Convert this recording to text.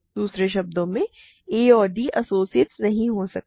तो दूसरे शब्दों में a और d एसोसिएट्स नहीं हो सकते